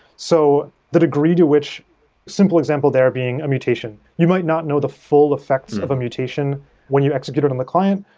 so the degree to which simple example there being a mutation. you might not know the full effects of a mutation when you execute it on a client,